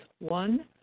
One